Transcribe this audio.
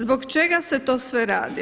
Zbog čega se to sve radi?